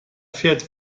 fährt